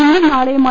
ഇന്നും നാളെയുമായി